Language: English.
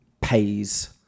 pays